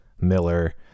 Miller